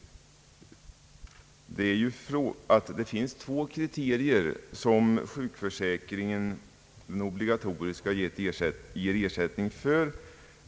Den obligatoriska sjukförsäkringen ger ersättning enligt två kriterier.